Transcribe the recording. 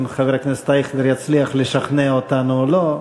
אם חבר הכנסת אייכלר יצליח לשכנע אותנו או לא.